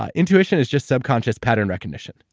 ah intuition is just subconscious pattern recognition,